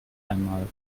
einmal